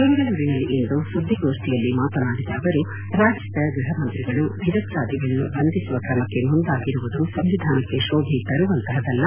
ಬೆಂಗಳೂರಿನಲ್ಲಿಂದು ಸುದ್ದಿಗೋಷ್ಠಿಯಲ್ಲಿ ಮಾತನಾಡಿದ ಅವರು ರಾಜ್ಯದ ಗೃಪ ಮಂತ್ರಿಗಳು ನಿರಪರಾಧಿಗಳನ್ನು ಬಂಧಿಸುವ ತ್ರಮಕ್ಕೆ ಮುಂದಾಗಿರುವುದು ಸಂವಿಧಾನಕ್ಕೆ ಶೋಭೆ ತರುವಂತಹದಲ್ಲ